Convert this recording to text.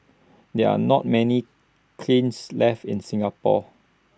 there are not many kilns left in Singapore